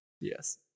Yes